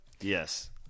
Yes